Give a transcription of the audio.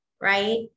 right